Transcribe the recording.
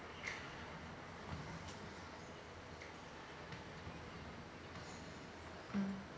mm